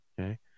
Okay